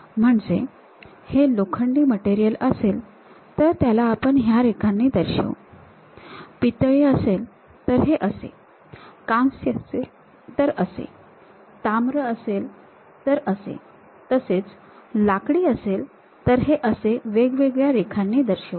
म्हणजे हे लोखंडी मटेरियल असेल तर त्याला आपण ह्या रेखांनीं दर्शवू पितळी असेल तर हे असे कांस्य असेल तर असे ताम्र असेल तर असे तसेच लाकडी असेल तर हे असे अशा वेगवेगळ्या रेखांनी दर्शवू